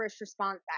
Response